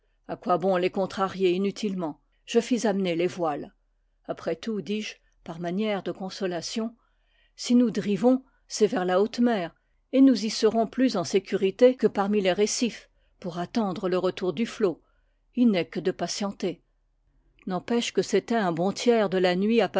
quoi bon les contrarier inutilement je fis amener les voiles après tout dis-je par manière de consolation si nous drivons c'est vers la haute mer et nous y serons plus en sécurité que parmi les récifs pour attendre le retour du flot il n'est que de patienter n'empêche que c'était un bon tiers de la nuit